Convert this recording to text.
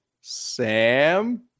Sam